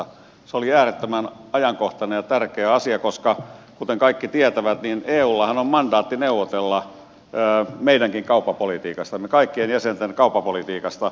se oli äärettömän ajankohtainen ja tärkeä asia koska kuten kaikki tietävät eullahan on mandaatti neuvotella meidänkin kauppapolitiikastamme kaikkien jäsenten kauppapolitiikasta